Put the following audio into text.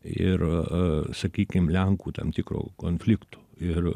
ir sakykim lenkų tam tikrų konfliktų ir